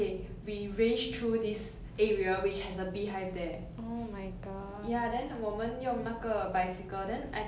ya then 我们用那个 bicycle then I think cause my house only got 一个 bicycle then my brother I let him use or something